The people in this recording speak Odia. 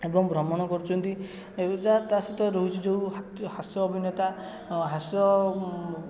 ଏବଂ ଭ୍ରମଣ କରୁଛନ୍ତି ଏ ଜା ତା' ସହିତ ରହୁଛି ଯେଉଁ ହାତ୍ୟ ହାସ୍ୟ ଅଭିନେତା ହାସ୍ୟ